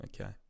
okay